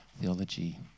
theology